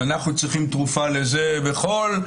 ואנחנו צריכים תרופה לזה בכל.